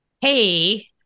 hey